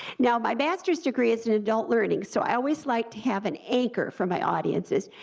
now, my masters degree is in adult learning, so i always like to have an anchor for my audiences,